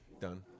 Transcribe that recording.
done